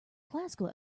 classical